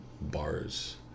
bars